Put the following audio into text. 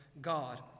God